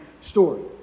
story